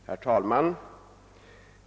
Herr talman!